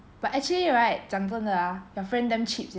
oh but actually right 讲真的 ah your friend damn cheap sia